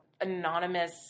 anonymous